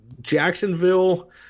Jacksonville